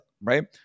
right